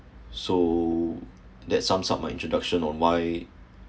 so that sums up my introduction on why